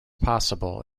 possible